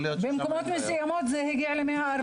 במקומות מסוימים זה הגיע ל-140.